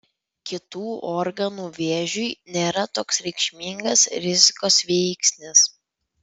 kitų organų vėžiui nėra toks reikšmingas rizikos veiksnys